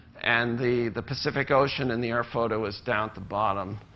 and the the pacific ocean in the air photo is down at the bottom.